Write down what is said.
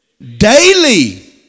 Daily